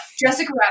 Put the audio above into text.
Jessica